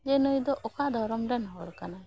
ᱡᱮ ᱱᱩᱭᱫᱚ ᱚᱠᱟ ᱫᱷᱚᱨᱚᱢᱨᱮᱱ ᱦᱚᱲ ᱠᱟᱱᱟᱭ